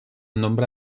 nombre